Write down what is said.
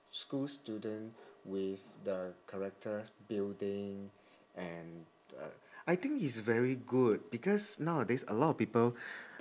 school student with the character building and uh I think it's very good because nowadays a lot of people